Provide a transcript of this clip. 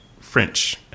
French